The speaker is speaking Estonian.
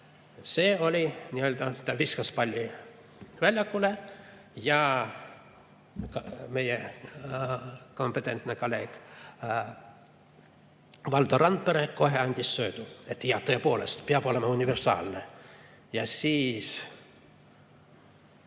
meil siis kohtu alla. Ta viskas palli väljakule ja meie kompetentne kolleeg Valdo Randpere kohe andis söödu, et jah, tõepoolest peab olema universaalne. Ja siis,